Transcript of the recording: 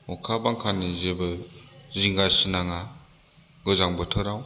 अखा बांखानि जेबो जिंगा सिनाङा गोजां बोथोराव